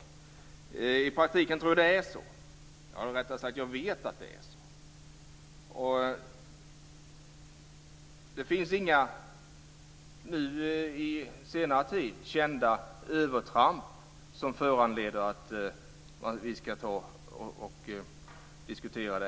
Här finns inga förändringar gentemot tidigare. I praktiken vet jag att det är så. Det finns under senare tid inga kända övertramp som föranleder oss att allvarligt diskutera